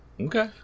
Okay